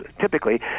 typically